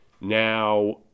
Now